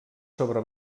sobre